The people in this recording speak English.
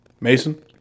Mason